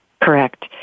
Correct